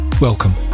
welcome